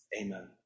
Amen